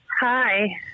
Hi